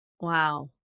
Wow